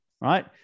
right